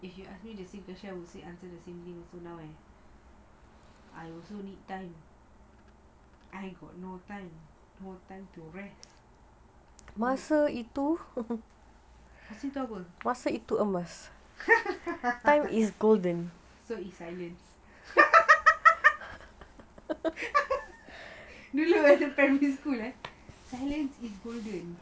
if you ask me the same question I would still answer the same thing now leh I will still need time I got no time no time to rest masa itu apa so is silence dulu like primary school ah silence is golden